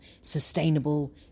sustainable